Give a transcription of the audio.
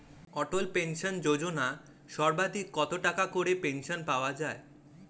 অটল pension Yojana সর্বাধিক কত টাকা করে পেনশন পাওয়া যায়?